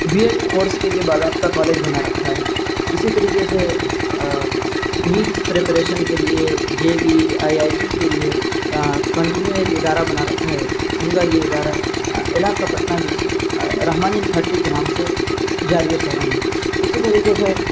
be Ed course کے لیے باضابطہ کالج بنا رکھا ہے اسی طریقے سے نیٹ پریپریشن کے لیے J E I I T کے لیے کنٹینیو ایک ادارہ بنا رکھا ہے ان کا یہ ادارہ علاقہ پٹنہ میں رحمانی تھرٹی کے نام سے جاری و ساری ہے اسی طریقے سے